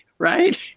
Right